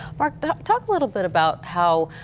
um talk a little bit about how